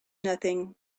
nothing